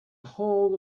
ahold